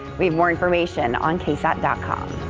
we have more information on ksat dot com.